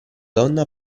donna